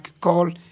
call